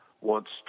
wants